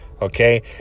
okay